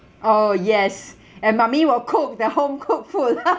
oh yes and mummy will cook the home cooked food